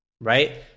Right